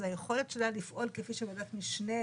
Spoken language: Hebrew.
יש בעיה עם היכולת שלה לפעול כוועדת משנה,